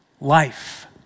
life